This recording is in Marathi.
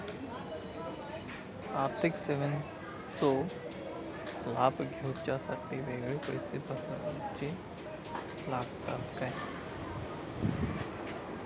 आर्थिक सेवेंचो लाभ घेवच्यासाठी वेगळे पैसे भरुचे लागतत काय?